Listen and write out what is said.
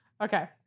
Okay